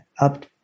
up